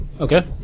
Okay